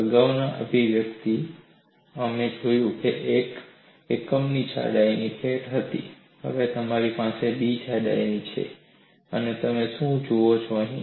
અગાઉના અભિવ્યક્તિ અમે જોયું કે એકમની જાડાઈની પ્લેટ હતી હવે તમારી પાસે B ની જાડાઈ છે અને તમે શું જુઓ છો અહીં